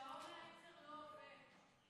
שעון העצר לא עובד.